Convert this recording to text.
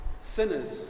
Sinners